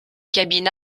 cabine